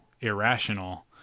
irrational